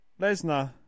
Lesnar